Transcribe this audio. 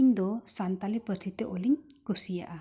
ᱤᱧ ᱫᱚ ᱥᱟᱱᱛᱟᱲᱤ ᱯᱟᱹᱨᱥᱤ ᱛᱮ ᱚᱞᱤᱧ ᱠᱩᱥᱤᱭᱟᱜᱼᱟ